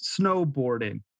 snowboarding